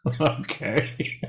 Okay